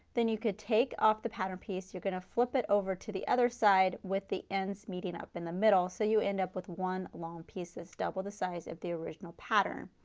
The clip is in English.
then you could take off the pattern piece, you are going to flip it over to the other side with the ends meeting up in the middle. so you end up with one long piece that's double the size of the original pattern.